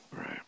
Right